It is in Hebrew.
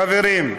חברים.